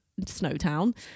Snowtown